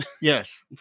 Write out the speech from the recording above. Yes